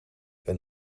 een